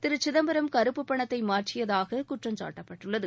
திரு சிதம்பரம் கறுப்பு பணத்தை மாற்றியதாக குற்றம்சாட்டப்பட்டுள்ளது